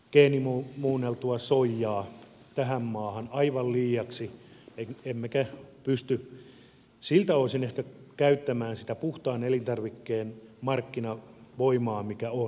me tuomme geenimuunneltua soijaa tähän maahan aivan liiaksi emmekä pysty siltä osin ehkä käyttämään sitä puhtaan elintarvikkeen markkinavoimaa mikä on